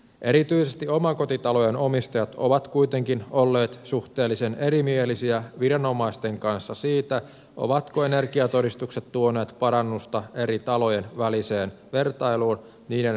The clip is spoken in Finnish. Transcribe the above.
erityisesti omakotitalojen omistajat ovat kuitenkin olleet suhteellisen erimielisiä viranomaisten kanssa siitä ovatko energiatodistukset tuoneet parannusta eri talojen väliseen vertailuun niiden energiankulutuksen suhteen